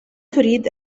تريد